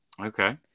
Okay